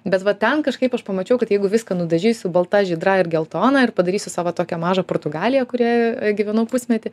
bet va ten kažkaip aš pamačiau kad jeigu viską nudažysiu balta žydra ir geltona ir padarysiu savo tokią mažą portugaliją kurioje gyvenau pusmetį